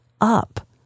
up